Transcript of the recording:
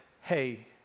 hey